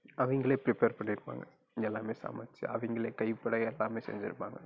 அவங்களே ப்ரிப்பேர் பண்ணியிருப்பாங்க எல்லாமே சமைத்து அவங்களே கைப்பட எல்லாமே செஞ்சுருப்பாங்க